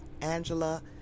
Angela